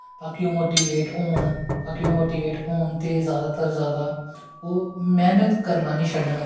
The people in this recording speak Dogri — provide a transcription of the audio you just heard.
तां कि ओह् मोटिवेट होन तां कि ओह् मोटिवेट होन ते जैदा तो जैदा ओह् मैह्नत करना निं छड़न